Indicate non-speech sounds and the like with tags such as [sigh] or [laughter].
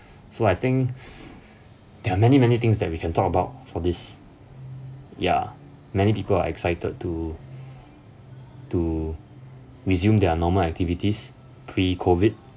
so I think [breath] there are many many things that we can talk about for this ya many people are excited to to resume their normal activities pre-COVID